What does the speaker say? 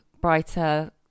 brighter